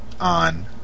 on